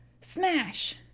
Smash